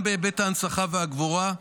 גם בהיבט ההנצחה והגבורה,